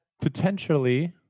potentially